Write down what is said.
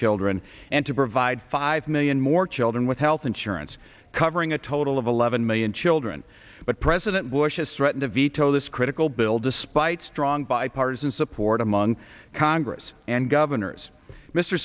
children and to provide five million more children with health insurance covering a total of eleven million children but president bush has threatened to veto this critical bill despite strong bipartisan support among congress and governors mr